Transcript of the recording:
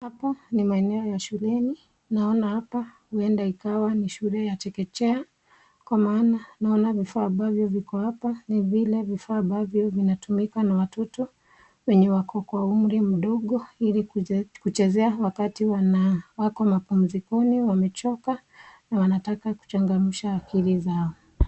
Hapa ni maeneo ya shuleni ,naona hapa huenda ikawa ni shule ya chekechea, kwa maana naona vifaa hivyo viko hapa, vile vifaa ambavyo vinatumika na watoto wenye wako kwenye umri mdogo ili kuchezea wakati wako mapumzikoni wamechoka, wanataka kuchangamsha akili zao.